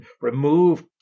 remove